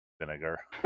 vinegar